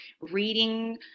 reading